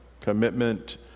commitment